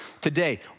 today